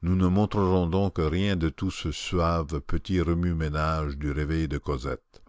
nous ne montrerons donc rien de tout ce suave petit remue-ménage du réveil de cosette